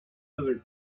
another